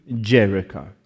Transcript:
Jericho